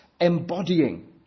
embodying